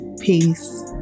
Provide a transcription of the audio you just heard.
peace